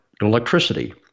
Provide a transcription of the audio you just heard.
electricity